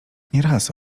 nieraz